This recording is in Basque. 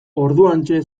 orduantxe